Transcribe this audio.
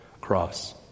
cross